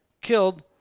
killed